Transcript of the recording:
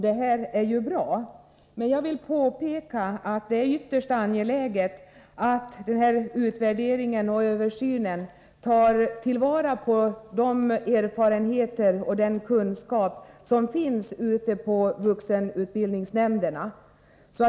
Det är ju bra, men jag vill påpeka att det är ytterst angeläget att denna utvärdering och översyn tar till vara de erfarenheter och den kunskap som finns ute i vuxenutbildningsnämnderna.